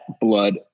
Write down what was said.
blood